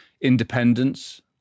independence